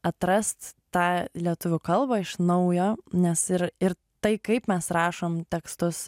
atrast tą lietuvių kalbą iš naujo nes ir ir tai kaip mes rašom tekstus